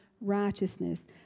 righteousness